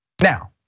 Now